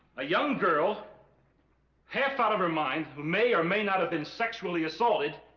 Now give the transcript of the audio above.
a young girl half out of her mind who may or may not have been sexually assaulted